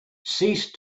ceased